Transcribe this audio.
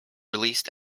released